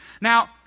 Now